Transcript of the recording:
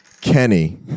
Kenny